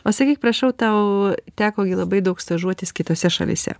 o sakyk prašau tau teko gi labai daug stažuotis kitose šalyse